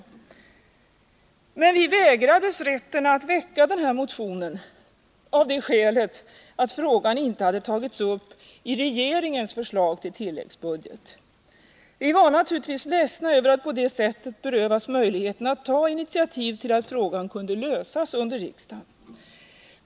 Tisdagen den Men vi vägrades rätten att väcka denna motion av det skälet att frågan inte 18 december 1979 hade tagits upp i regeringens förslag till tilläggsbudget. Vi var naturligtvis ledsna över att på det sättet berövas möjligheten att ta initiativ till att frågan kunde lösas under riksdagen.